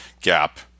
gap